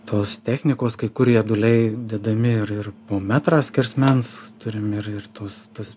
tos technikos kai kur rieduliai dedami ir ir po metrą skersmens turim ir ir tuos tuos